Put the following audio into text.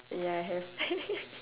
ya I have